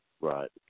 right